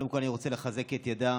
קודם כול, אני רוצה לחזק את ידיה,